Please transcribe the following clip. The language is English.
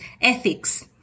ethics